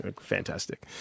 Fantastic